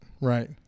right